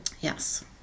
yes